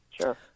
Sure